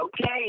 Okay